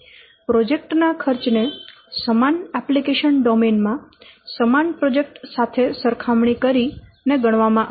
project ના ખર્ચ ને સમાન એપ્લિકેશન ડોમેન માં સમાન પ્રોજેક્ટ સાથે સરખામણી કરીને ગણવામાં આવે છે